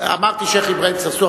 אמרתי שיח' אברהים צרצור,